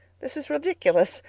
this is ridiculous.